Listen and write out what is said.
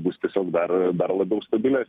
bus tiesiog dar dar labiau stabilesnis